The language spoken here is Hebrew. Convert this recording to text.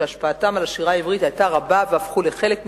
שהשפעתם על השירה העברית היתה רבה והפכו לחלק ממנה: